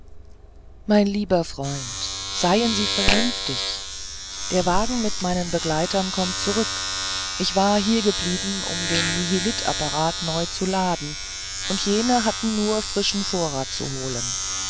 mein lieber freund seien sie vernünftig der wagen mit meinen begleitern kommt zurück ich war hiergeblieben um den nihilitapparat neu zu laden und jene hatten nur frischen vorrat zu holen